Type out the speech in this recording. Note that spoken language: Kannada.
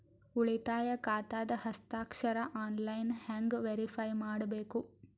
ಉಳಿತಾಯ ಖಾತಾದ ಹಸ್ತಾಕ್ಷರ ಆನ್ಲೈನ್ ಹೆಂಗ್ ವೇರಿಫೈ ಮಾಡಬೇಕು?